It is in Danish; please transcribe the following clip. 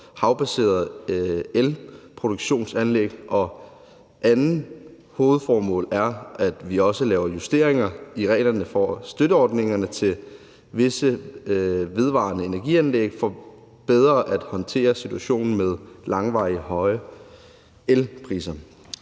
havbaserede elproduktionsanlæg, og det andet hovedformål er, at vi også laver justeringer i reglerne for støtteordninger til visse vedvarende energi-anlæg for bedre at kunne håndtere situationen med langvarige høje elpriser.